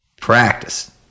Practice